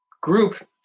group